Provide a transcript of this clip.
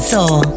Soul